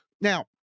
now